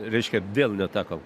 reiškia vėl netekom